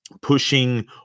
pushing